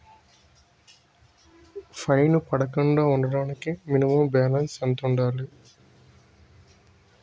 Fine పడకుండా ఉండటానికి minimum balance ఎంత ఉండాలి?